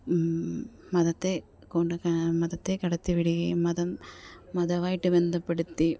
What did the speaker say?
മതത്തെ കൊണ്ട് മതത്തെ കടത്തി വിടുകയും മതം മതമായിട്ടു ബന്ധപ്പെടുത്തി